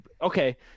Okay